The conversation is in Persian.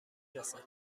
رسد